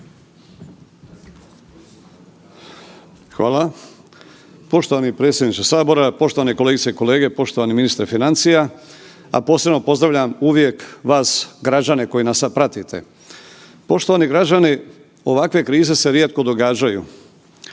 Hvala. Poštovani predsjedniče sabora, poštovane kolegice i kolege, poštovani ministre financija, a posebno pozdravljam uvijek vas građane koji nas sad pratite. Poštovani građani, ovakve krize se rijetko događaju.